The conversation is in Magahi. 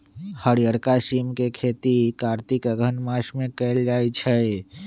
हरियरका सिम के खेती कार्तिक अगहन मास में कएल जाइ छइ